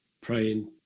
praying